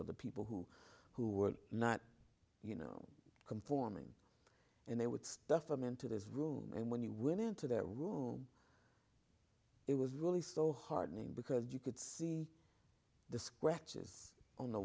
of the people who who were not you know conforming and they would stuff them into this room and when you went into their room it was really so heartening because you could see the scratches on the